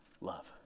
love